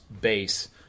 base